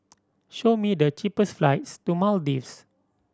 show me the cheapest flights to Maldives